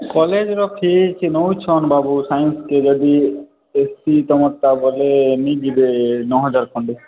କଲେଜ୍ର ଫିସ୍ ନଉଛନ୍ ବାବୁ ସାଇନ୍ସକେ ଯଦି ଏସ୍ ସି ତୁମର୍ଟା ବୋଲେ ନେଇ ଯିବେ ନଅହଜାର ଖଣ୍ଡେ